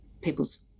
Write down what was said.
people's